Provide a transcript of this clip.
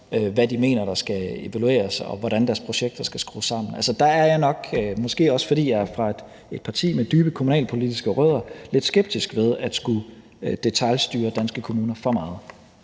hvad de mener der skal evalueres, og hvordan deres projekter skal skrues sammen? Der er jeg nok, måske også fordi jeg er fra et parti med dybe kommunalpolitiske rødder, lidt skeptisk ved at skulle detailstyre danske kommuner for meget.